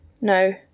no